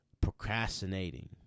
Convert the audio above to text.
procrastinating